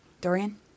Dorian